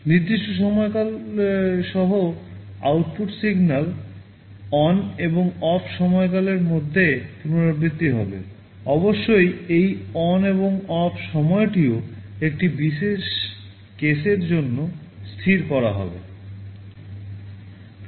নির্দিষ্ট সময়কাল সহ আউটপুট সিগন্যাল ON এবং OFF সময়কালের মধ্যে পুনরাবৃত্তি হবে অবশ্যই এই ON এবং OFF সময়টিও একটি বিশেষ কেসের জন্য স্থির করা হবে